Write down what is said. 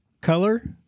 Color